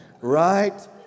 right